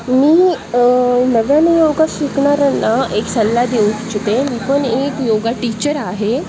मी नव्याने योग शिकणाऱ्यांना एक सल्ला देऊ इच्छिते मी पण एक योग टीचर आहे